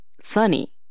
Sunny